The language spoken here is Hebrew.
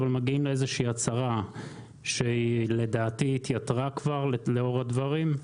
אבל מגיעים לאיזושהי הצהרה שהיא לדעתי התייתרה כבר לאור הדברים,